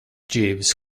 jeeves